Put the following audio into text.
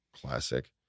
classic